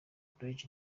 bridge